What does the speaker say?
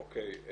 אוקיי.